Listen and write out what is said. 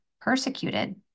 persecuted